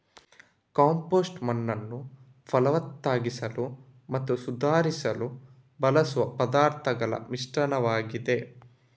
compost ಮಣ್ಣನ್ನು ಫಲವತ್ತಾಗಿಸಲು ಮತ್ತು ಸುಧಾರಿಸಲು ಬಳಸುವ ಪದಾರ್ಥಗಳ ಮಿಶ್ರಣವಾಗಿದೆ